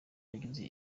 yagize